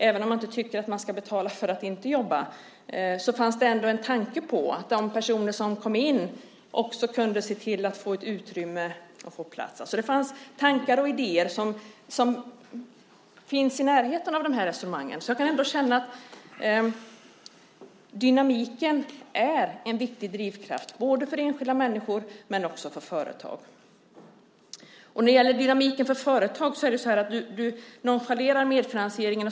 Även om man inte tycker att man ska betala för att inte jobba fanns det en tanke på att de personer som kom in också kunde se till att få ett utrymme och få plats. Det fanns alltså tankar och idéer i närheten av de här resonemangen, så jag kan känna att dynamiken är en viktig drivkraft både för enskilda människor och för företag. När det gäller dynamiken för företag nonchalerar du medfinansieringen.